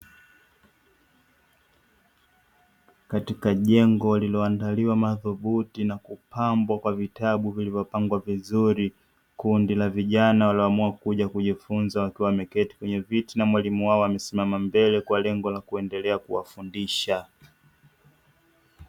Katika jengo lililoandaliwa madhubuti na kupambwa kwa vitabu vilivyopangwa vizuri, kundi la vijana walioamua kuja kujifunza, wakiwa wameketi kwenye viti na mwalimu wao amesimama mbele kwa lengo kuendelea kuwafundisha.